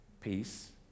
Peace